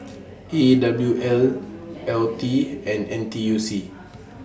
E W L L T and N T U C